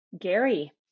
Gary